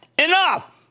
enough